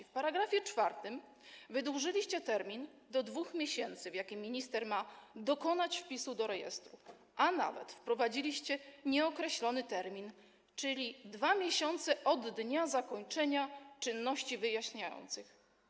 W § 4 wydłużyliście termin do 2 miesięcy, kiedy minister ma dokonać wpisu do rejestru, a nawet wprowadziliście nieokreślony termin, czyli 2 miesiące od dnia zakończenia czynności wyjaśniających.